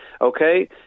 Okay